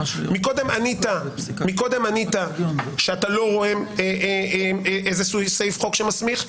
קודם ענית שאתה לא רואה איזשהו סעיף חוק שמסמיך.